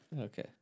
Okay